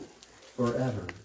forever